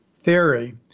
theory